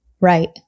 right